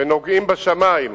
ונוגעים בשמים,